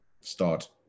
start